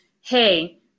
hey